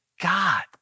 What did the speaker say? God